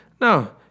No